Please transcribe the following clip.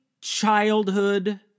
childhood